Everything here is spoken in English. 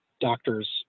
doctors